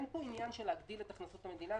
אין פה עניין של להגדיל את הכנסות המדינה,